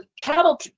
cattle